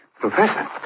Professor